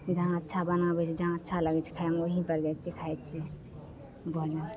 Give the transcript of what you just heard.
जहाँ अच्छा बनाबै छै जहाँ अच्छा लागै छै खाइमे वहीँपर जाइ छिए खाइ छिए भोजन